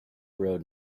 rode